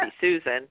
Susan